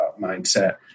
mindset